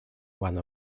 one